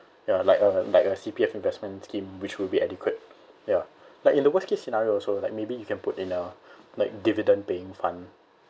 ya like a like a C_P_F investment scheme which will be adequate ya like in the worst case scenario also like maybe you can put in uh like dividend paying fund